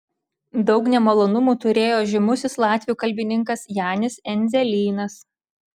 daug nemalonumų turėjo žymusis latvių kalbininkas janis endzelynas